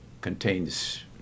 contains